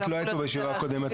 לא היית פה בישיבה הקודמת,